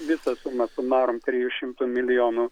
visą sumą sumarum trijų šmtų milijonų